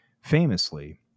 famously